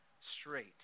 straight